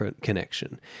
connection